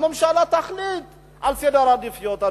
הממשלה תחליט על סדר העדיפויות.